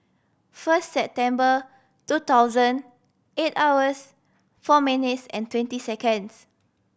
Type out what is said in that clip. first September two thousand eight hours four minutes and twenty seconds